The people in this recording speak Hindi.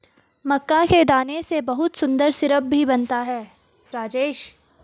मक्का के दाने से बहुत सुंदर सिरप भी बनता है राजेश